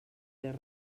les